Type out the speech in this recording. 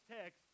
text